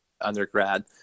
undergrad